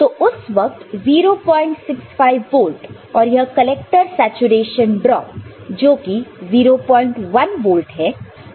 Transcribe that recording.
तो उस वक्त 065 वोल्ट और यह कलेक्टर सैचुरेशन ड्रॉप जो कि 01 वोल्ट है